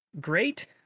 great